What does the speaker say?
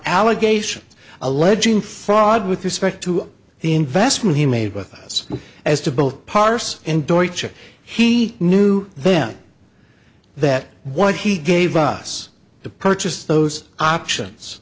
allegations alleging fraud with respect to the investment he made with us as to both parse and door each he knew then that what he gave us the purchased those options